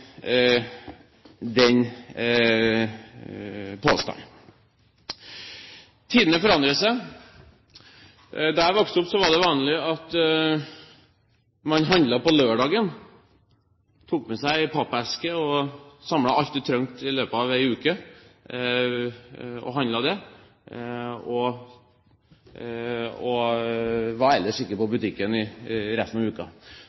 den påstanden. Tidene forandrer seg. Da jeg vokste opp, var det vanlig at man handlet på lørdagen. Man tok med seg pappeske og handlet alt det man trengte i løpet av en uke og var ellers ikke på butikken resten av uka.